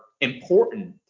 important